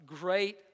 Great